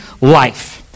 life